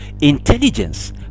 intelligence